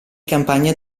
campagna